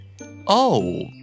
Oh